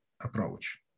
approach